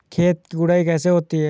खेत की गुड़ाई कैसे होती हैं?